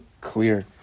Clear